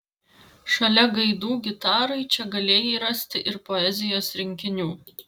šalia gaidų gitarai čia galėjai rasti ir poezijos rinkinių